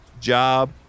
job